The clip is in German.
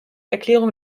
erklärung